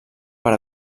per